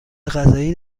غذایی